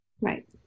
Right